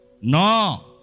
no